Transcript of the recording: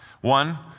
one